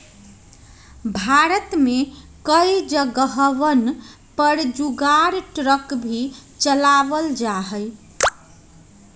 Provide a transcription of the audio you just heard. भारत में कई जगहवन पर जुगाड़ ट्रक भी चलावल जाहई